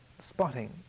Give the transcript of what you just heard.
spotting